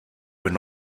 were